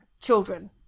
children